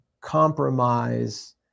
compromise